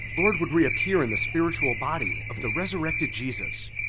lord would reappear in the spiritual body of the resurrected jesus.